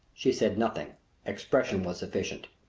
she said nothing expression was sufficient.